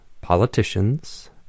politicians